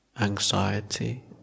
anxiety